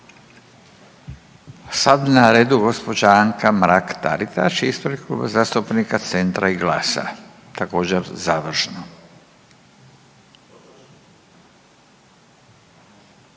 je na redu gospođa Anka Mrak Taritaš ispred Kluba zastupnika Centra i GLAS-a, također završno.